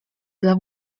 dla